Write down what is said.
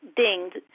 dinged